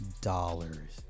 dollars